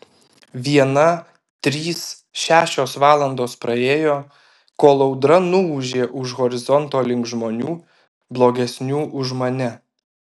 viena trys šešios valandos praėjo kol audra nuūžė už horizonto link žmonių blogesnių už mane